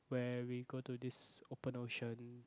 where we go to this open ocean